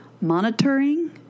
monitoring